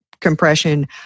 compression